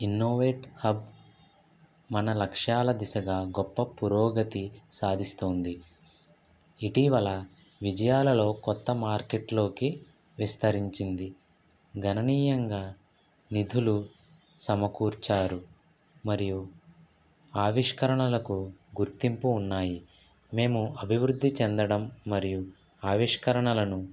innovate hub మన లక్ష్యాల దిశగా గొప్ప పురోగతి సాధిస్తోంది ఇటీవల విజయాలలో కొత్త మార్కెట్లోకి విస్తరించింది గణనీయంగా నిధులు సమకూర్చారు మరియు ఆవిష్కరణలకు గుర్తింపు ఉన్నాయి మేము అభివృద్ధి చెందడం మరియు ఆవిష్కరణలను